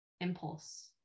impulse